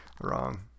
wrong